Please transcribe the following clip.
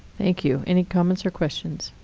thank you. any comments or questions?